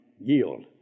yield